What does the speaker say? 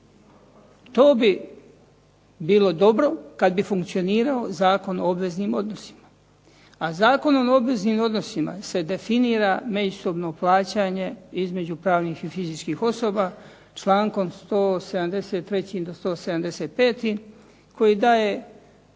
To bi bilo dobro kad bi funkcionirao Zakon o obveznim odnosima a Zakonom o obveznim odnosima se definira međusobno plaćanje između pravnih i fizičkih osoba člankom 173. do 175. koji daje